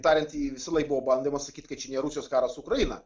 tariant jį visąlaik buvo bandoma sakyt kad čia ne rusijos karas ukraina